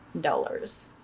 dollars